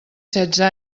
setze